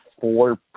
four